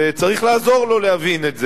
וצריך לעזור לו להבין את זה.